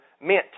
meant